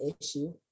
issue